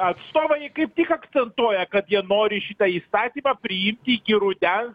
atstovai kaip tik akcentuoja kad jie nori šitą įstatymą priimti iki rudens